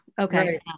Okay